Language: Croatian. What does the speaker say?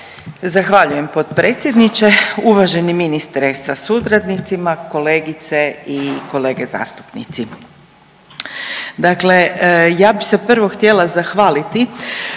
Zahvaljujem potpredsjedniče, uvaženi ministre sa suradnicima, kolegice i kolege zastupnici. Dakle, ja bih se prvo htjela zahvaliti